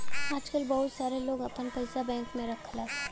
आजकल बहुत सारे लोग आपन पइसा बैंक में रखला